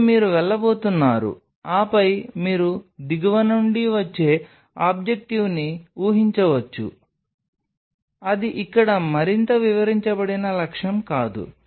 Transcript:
అప్పుడు మీరు వెళ్లబోతున్నారు ఆపై మీరు దిగువ నుండి వచ్చే ఆబ్జెక్టివ్ని ఉపయోగించవచ్చు అది ఇక్కడ మరింత వివరించబడిన లక్ష్యం కాదు